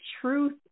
truth